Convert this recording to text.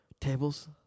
tables